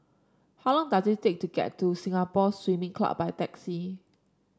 how long does it take to get to Singapore Swimming Club by taxi